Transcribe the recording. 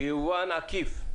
שהוא יבואן עקיף,